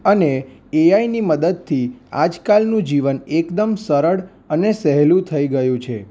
અને એઆઈની મદદથી આજકાલનું જીવન એકદમ સરળ અને સહેલું થઈ ગયું છે